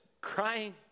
crying